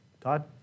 Todd